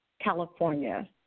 California